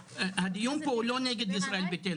האיום פה הוא לא נגד ישראל ביתנו.